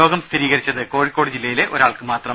രോഗം സ്ഥിരീകരിച്ചത് കോഴിക്കോട് ജില്ലയിലെ ഒരാൾക്ക് മാത്രം